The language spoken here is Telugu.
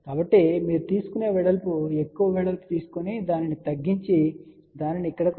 కాబట్టి మీరు తీసుకునే వెడల్పు ఎక్కువ వెడల్పు తీసుకొని దానిని తగ్గించి దానిని ఇక్కడకు తగ్గించండి